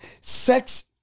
sex